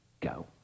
go